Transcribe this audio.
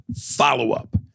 follow-up